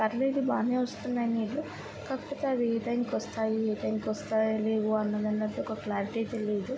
పర్లేదు బాగానే వస్తున్నాయి నీళ్లు కాకపోతే అవి ఏ టైంకి వస్తాయి ఏ టైంకి వస్తాయి అని అన్నది అన్నట్టు ఒక క్లారిటీ తెలీదు